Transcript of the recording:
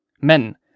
Men